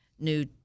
new